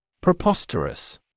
Preposterous